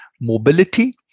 mobility